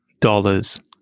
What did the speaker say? dollars